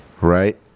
Right